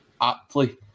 Aptly